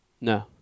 No